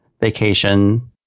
vacation